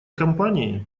компании